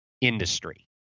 industry